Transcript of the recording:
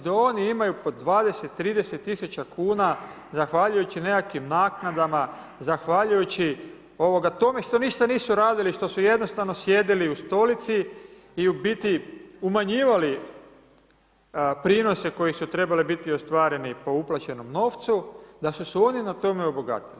Da oni imaju po 20-30 tisuća kuna, zahvaljujući nekakvim naknadama, zahvaljujući tome što ništa nisu radili, što su jednostavno sjedili u stolici i u biti umanjivali prinosi koji su trebali biti ostvareni po uplaćenom novcu, da su se oni na tome obogatili.